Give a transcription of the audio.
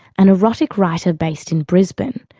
an erotic writer based in brisbane.